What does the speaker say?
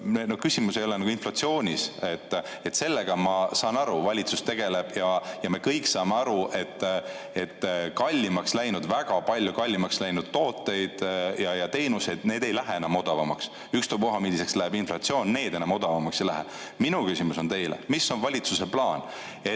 küsimus ei ole inflatsioonis. Sellega, ma saan aru, valitsus tegeleb, ja me kõik saame aru, et kallimaks läinud, väga palju kallimaks läinud tooted ja teenused ei lähe enam odavamaks. Ükstapuha, milliseks läheb inflatsioon, need enam odavamaks ei lähe. Minu küsimus on teile: mis on valitsuse plaan,